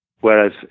whereas